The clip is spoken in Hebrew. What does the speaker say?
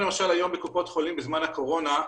כמו שלמשל היום בקופות חולים בזמן הקורונה,